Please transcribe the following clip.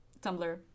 Tumblr